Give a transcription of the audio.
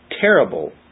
terrible